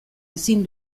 ezin